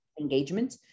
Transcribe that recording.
engagement